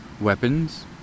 weapons